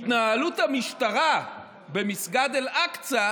התנהלות המשטרה במסגד אל-אקצא